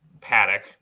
paddock